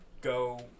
go